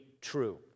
true